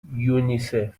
یونیسف